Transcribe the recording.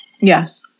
Yes